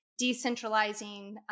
decentralizing